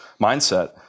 mindset